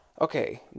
okay